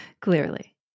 Clearly